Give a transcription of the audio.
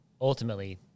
Ultimately